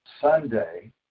Sunday